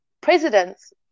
presidents